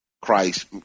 Christ